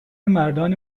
مردان